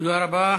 תודה רבה.